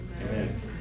Amen